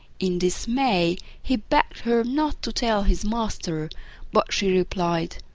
in dismay, he begged her not to tell his master but she replied,